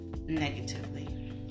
negatively